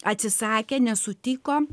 atsisakė nesutiko